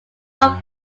are